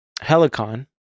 Helicon